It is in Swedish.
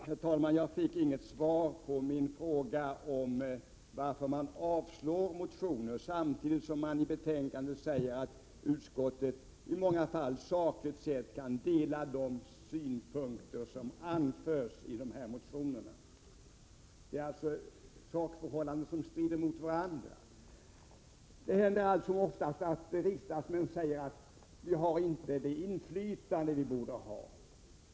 Herr talman! Jag fick inget svar på min fråga om varför man avslår motioner samtidigt som man i betänkandet säger att utskottet i många fall sakligt sett kan dela de synpunkter som anförs i dessa motioner. Detta är alltså sakförhållanden som strider mot varandra. Det händer allt som oftast att vi riksdagsmän säger att vi inte har det inflytande vi borde ha.